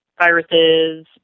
viruses